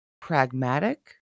pragmatic